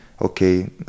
Okay